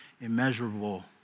immeasurable